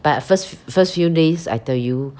but first first few days I tell you